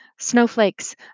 Snowflakes